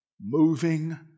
moving